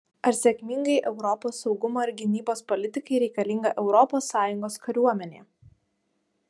ar sėkmingai europos saugumo ir gynybos politikai reikalinga europos sąjungos kariuomenė